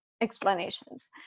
explanations